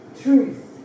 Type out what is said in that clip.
truth